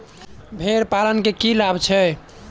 भेड़ पालन केँ की लाभ छै?